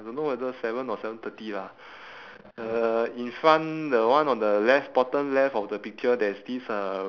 ya on the seven or or don't know seven thirty or seven thirty of the the table ah don't know whether seven or seven thirty lah